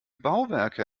bauwerke